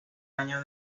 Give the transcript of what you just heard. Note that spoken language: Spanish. año